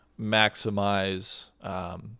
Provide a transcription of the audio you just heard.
maximize